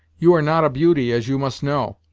you are not a beauty, as you must know,